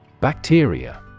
bacteria